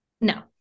No